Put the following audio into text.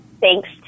thanks